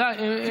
די.